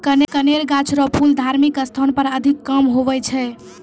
कनेर गाछ रो फूल धार्मिक स्थान पर अधिक काम हुवै छै